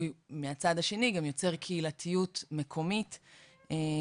מהצד השני הוא גם יוצר קהילתיות מקומית ולאומית,